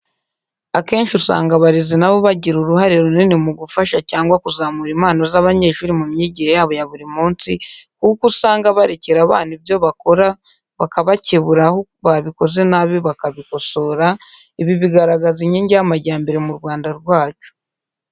Akenshi usanga abarezi na bo bagira uruhare runini mu gufasha cyangwa kuzamura impano z'abanyeshuri mu myigire yabo ya buri munsi kuko usanga berekera abana ibyo bakora bakabakebura aho babikoze nabi bakabikosora, ibi bigaragaza inkingi y'amajyambere mu Rwanda rwacu.